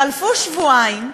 חלפו שבועיים,